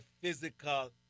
physical